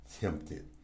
tempted